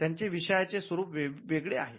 त्यांचे विषयाचे स्वरूप वेगळे आहे